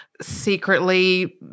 secretly